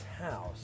house